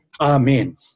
Amen